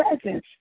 presence